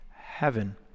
heaven